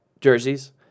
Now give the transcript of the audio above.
Jersey's